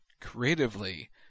Creatively